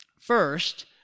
First